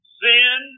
sin